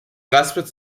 rastplatz